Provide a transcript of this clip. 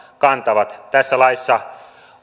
kantavat tässä laissa